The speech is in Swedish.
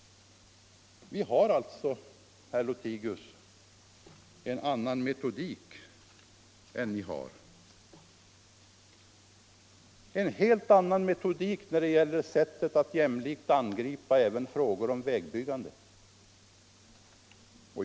Vi har alltså, herr Lothigius, en annan metodik än ni när det gäller sättet att jämlikt angripa även frågor om vägbyggande.